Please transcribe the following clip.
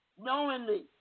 Knowingly